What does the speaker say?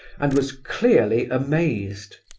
and was clearly amazed.